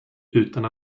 utan